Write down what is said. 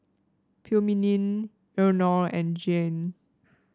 Philomene Eleanore and Jayne